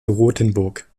rotenburg